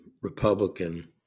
Republican